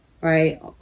right